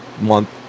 month